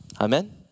Amen